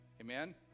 amen